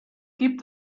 gibt